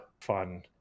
fun